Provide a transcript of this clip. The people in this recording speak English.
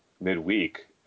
midweek